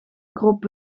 kroop